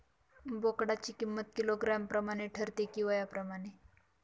बोकडाची किंमत किलोग्रॅम प्रमाणे ठरते कि वयाप्रमाणे?